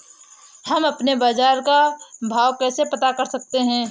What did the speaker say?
हम अपने बाजार का भाव कैसे पता कर सकते है?